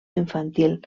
infantil